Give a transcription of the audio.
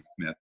Smith